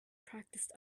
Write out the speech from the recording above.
practiced